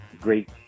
great